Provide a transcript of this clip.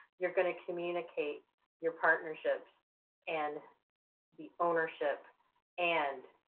you're going to communicate your partnerships and the ownership and